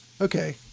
Okay